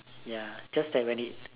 ya just that when it's